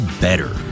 better